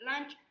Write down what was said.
lunch